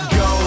go